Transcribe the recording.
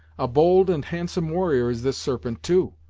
a bold and handsome warrior is this serpent, too!